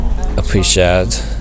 appreciate